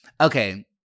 okay